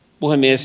puhemies